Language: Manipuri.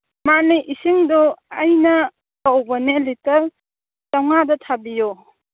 ꯃꯥꯅꯦ ꯏꯁꯤꯡꯗꯣ ꯑꯩꯅ ꯀꯧꯕꯅꯦ ꯂꯤꯇꯔ ꯆꯃꯉꯥꯇ ꯊꯥꯕꯤꯌꯨꯑꯣ